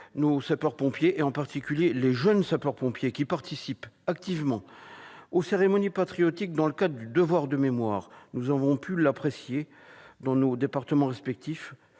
nos sapeurs-pompiers. Je pense en particulier aux jeunes sapeurs-pompiers qui participent activement aux cérémonies patriotiques dans le cadre du devoir de mémoire. Nous avons tous pu apprécier leur implication dans nos départements respectifs